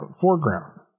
foreground